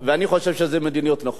אני חושב שזו מדיניות נכונה.